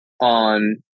on